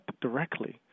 directly